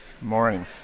Morning